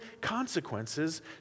consequences